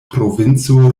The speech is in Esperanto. provinco